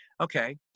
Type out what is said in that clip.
okay